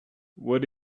what